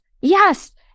yes